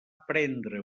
prendre